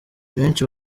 benshi